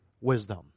wisdom